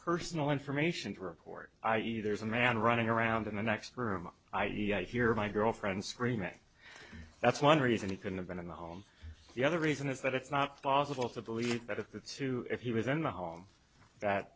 personal information to report i e there's a man running around in the next room i e i hear my girlfriend screaming that's one reason he couldn't have been in the home the other reason is that it's not possible to believe that the two if he was in the home that